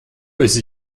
esi